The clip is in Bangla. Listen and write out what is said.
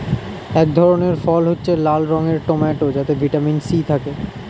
এক ধরনের ফল হচ্ছে লাল রঙের টমেটো যাতে ভিটামিন সি থাকে